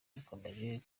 bukomeje